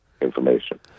information